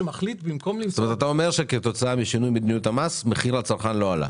אתה אומר שכתוצאת ממדיניות שינוי המס המחיר לצרכן לא עלה.